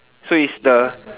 so is the